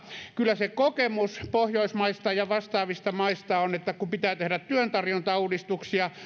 kyllä se kokemus pohjoismaista ja vastaavista maista on että kun pitää tehdä työn tarjonnan uudistuksia niin